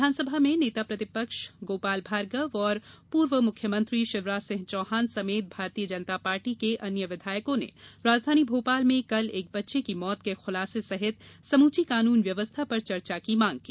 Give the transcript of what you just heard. विधानसभा में नेता प्रतिपक्ष गोपाल भार्गव और पूर्व मुख्यमंत्री शिवराज सिंह चौहान समेत भारतीय जनता पार्टी के अन्य विधायकों ने राजधानी भोपाल में कल एक बच्चे की मौत के खुलासे सहित समूची कानून व्यवस्था पर चर्चा की मांग की